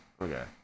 Okay